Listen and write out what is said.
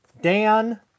Dan